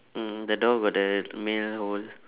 mm the door got the mail hole